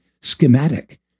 schematic